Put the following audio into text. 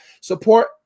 support